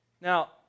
Now